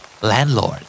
Landlord